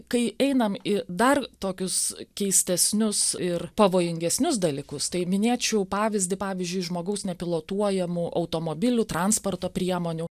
kai einam į dar tokius keistesnius ir pavojingesnius dalykus tai minėčiau pavyzdį pavyzdžiui žmogaus nepilotuojamų automobilių transporto priemonių